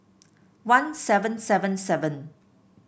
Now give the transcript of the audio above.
one seven seven seven